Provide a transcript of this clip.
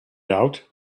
out